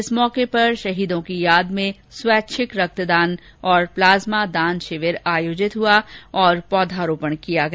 इस अवसर पर शहीदों की यादव में स्वैच्छिक रक्तदान और प्लाज्मा दान शिविर आयोजित हुआ और पौधारोपण भी किया गया